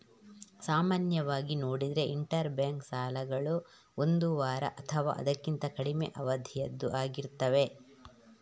ಸಾಮಾನ್ಯವಾಗಿ ನೋಡಿದ್ರೆ interbank ಸಾಲಗಳು ಒಂದು ವಾರ ಅಥವಾ ಅದಕ್ಕಿಂತ ಕಡಿಮೆ ಅವಧಿಯದ್ದು ಆಗಿರ್ತವೆ